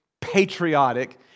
patriotic